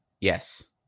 Yes